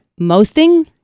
Mosting